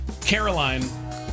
Caroline